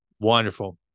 wonderful